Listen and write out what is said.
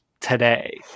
today